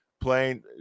playing